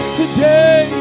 today